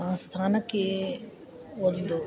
ಆ ಸ್ಥಾನಕೇ ಒಂದು